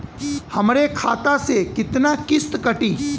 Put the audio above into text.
हमरे खाता से कितना किस्त कटी?